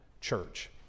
church